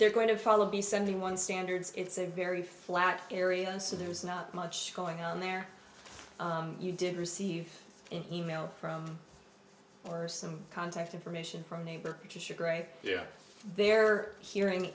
they're going to follow be sending one standards it's a very flat area and so there was not much going on there you did receive an email from or some contact information from a neighbor patricia gray yeah they're hearing